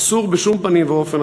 אסור בשום פנים ואופן,